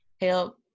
help